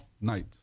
night